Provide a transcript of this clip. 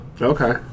Okay